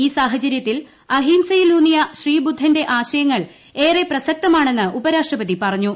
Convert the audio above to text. ഈ സാഹചര്യത്തിൽ അഹിംസ്കയിലൂന്നിയ ശ്രീബുദ്ധന്റെ ആശയങ്ങൾ ഏറെ പ്രസക്തമാണെന്ന് ഉപരാഷ്ട്രപ്പതി പറഞ്ഞു